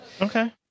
Okay